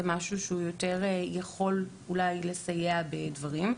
זה משהו שיותר יכול אולי לסייע בדברים.